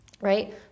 right